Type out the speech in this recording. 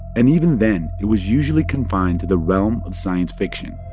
and even then, it was usually confined to the realm of science fiction